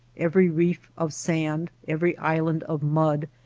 every reef of sand, every island of mud,